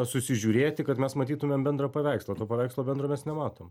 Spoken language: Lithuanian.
susižiūrėti kad mes matytumėm bendrą paveikslą to paveikslo bendro mes nematom